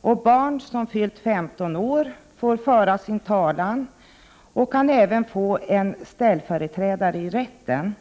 och barn som fyllt 15 år får föra sin talan och kan även få en ställföreträdare i rätten.